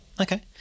Okay